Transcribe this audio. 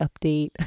update